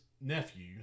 Nephew